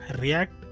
React